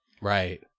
Right